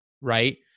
right